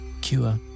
cure